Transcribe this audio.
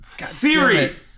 Siri